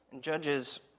Judges